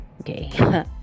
Okay